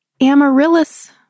amaryllis